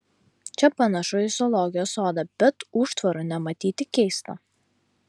čia panašu į zoologijos sodą bet užtvarų nematyti keista